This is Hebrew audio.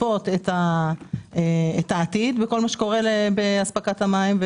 ולצפות את העתיד בכל מה שקורה באספקת המים.